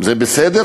זה בסדר,